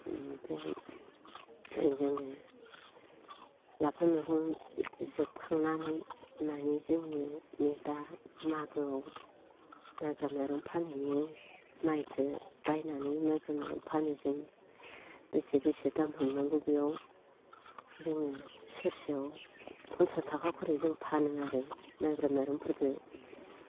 ओमफ्राय जोङो लाफा मैगं जोबखांनानै मानि जोङो नै दा मागोआव माइब्रा माइरं फानहैयो माइखो बायनानै माइब्रा माइरं फानो जों बेसे बेसे दाम हमनांगौ बेयाव जोङो सेरसेयाव फनसास थाखा खरि जों फानो आरो माइब्रा माइरंफोरखो